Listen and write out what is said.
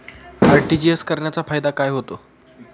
RTGS करण्याचा फायदा काय होतो?